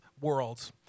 worlds